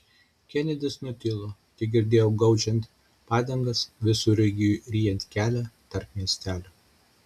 kenedis nutilo tegirdėjau gaudžiant padangas visureigiui ryjant kelią tarp miestelių